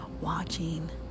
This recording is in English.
watching